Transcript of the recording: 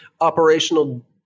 operational